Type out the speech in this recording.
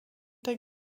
der